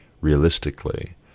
realistically